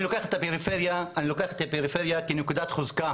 אני לוקח את הפריפריה כנקודת חוזקה